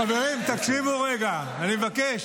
חברים, תקשיבו רגע, אני מבקש.